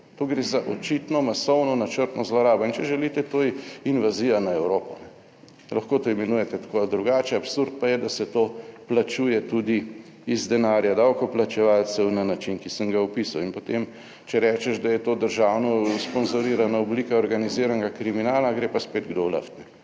To gre za očitno masovno načrtno zlorabo, in če želite, to je invazija na Evropo. Lahko to imenujete tako ali drugače, absurd pa je, da se to plačuje tudi iz denarja davkoplačevalcev na način, ki sem ga opisal, in potem, če rečeš, da je to državno sponzorirana oblika organiziranega kriminala, gre pa spet kdo v